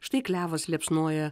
štai klevas liepsnoja